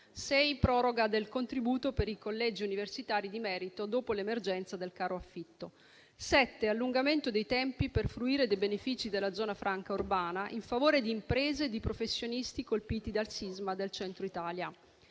proroga del contributo per i collegi universitari di merito dopo l'emergenza del caro-affitti; allungamento dei tempi per fruire dei benefici della zona franca urbana, in favore di imprese e di professionisti colpiti dal sisma del Centro Italia;